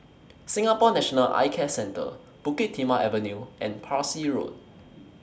Singapore National Eye Care Centre Bukit Timah Avenue and Parsi Road